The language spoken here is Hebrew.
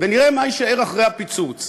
ונראה מה יישאר אחרי הפיצוץ.